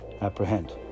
apprehend